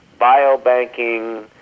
biobanking